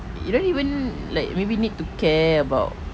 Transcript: you don't even like maybe need to care about